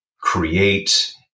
create